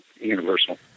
universal